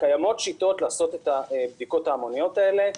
קיימות שיטות לעשות את הבדיקות ההמוניות האלה,